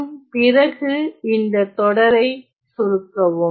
மற்றும் பிறகு இந்த தொடரை சுருக்கவும்